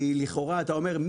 לכאורה אתה אומר,